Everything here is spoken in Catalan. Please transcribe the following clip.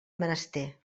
menester